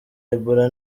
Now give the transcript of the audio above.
ebola